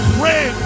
pray